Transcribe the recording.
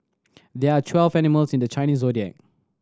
there are twelve animals in the Chinese Zodiac